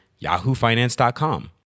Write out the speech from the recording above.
yahoofinance.com